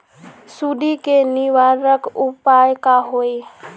सुंडी के निवारक उपाय का होए?